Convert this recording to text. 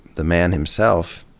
the man himself,